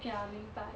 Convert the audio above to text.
ya 明白